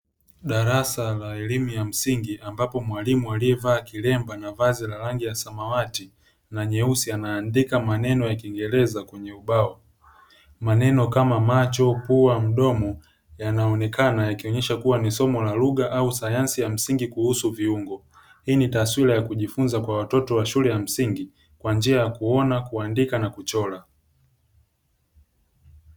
Darasa la elimu ya msingi ambapo mwalimu aliyevaa kilemba na vazi la rangi ya samawati na nyeusi anaandika maneno ya kingereza kwenye ubao. Maneno kama macho, pua, mdomo; yanaonekana yakionyesha kuwa ni somo la lugha au sayansi ya msingi kuhusu viungo. Hii ni taswira ya kujifunza kwa watoto wa shule ya msingi kwa njia ya: kuona, kuandika na kuchora.